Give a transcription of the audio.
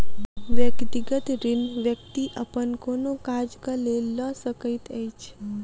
व्यक्तिगत ऋण व्यक्ति अपन कोनो काजक लेल लऽ सकैत अछि